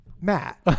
Matt